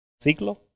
Ciclo